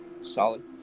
solid